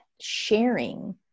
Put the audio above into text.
sharing